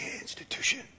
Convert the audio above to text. Institution